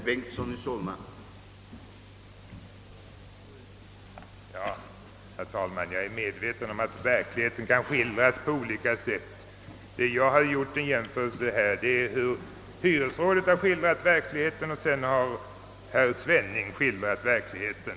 Herr talman! Jag är medveten om att verkligheten kan skildras på olika sätt. Vad jag har jämfört är hur hyresrådet och sedan herr Svenning har skildrat verkligheten.